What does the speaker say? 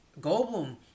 Goldblum